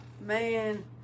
man